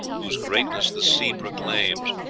whose greatness the sea proclaims,